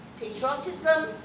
patriotism